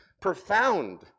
profound